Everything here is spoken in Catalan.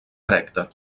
erecta